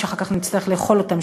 שאחר כך נצטרך לאכול אותם,